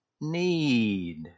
need